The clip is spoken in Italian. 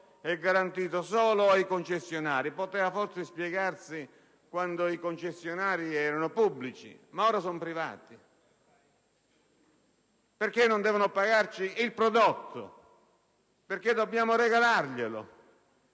è garantito solo ai concessionari. Questo poteva spiegarsi forse quando i concessionari erano pubblici, ma ora sono privati: perché non devono pagarci il prodotto e dobbiamo regalarglielo?